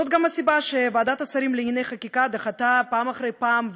זאת גם הסיבה שוועדת השרים לענייני חקיקה דחתה פעם אחרי פעם,